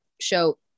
show